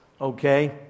Okay